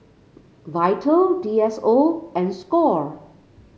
Vital D S O and Score